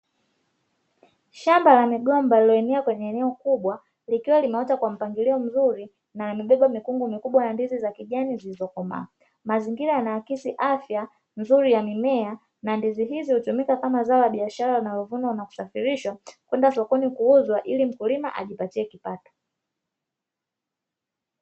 Shamba la migomba lililoenea kwenye eneo kubwa likiwa limeota kwa mpangilio mzuri na yamebeba mikungu mikubwa ya ndizi za kijani zilizokomaa. Mazingira yanaakisi afya nzuri ya mimea na ndizi hizo hutumika kama zao la biashara na huvunwa na kusafirishwa kwenda sokoni kuuzwa ili mkulima ajipatie kipato.